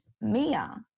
Mia